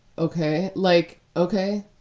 ok. like, ok.